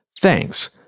Thanks